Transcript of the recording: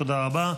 תודה רבה.